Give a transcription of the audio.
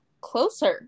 closer